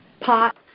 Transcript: pot